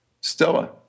Stella